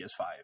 ps5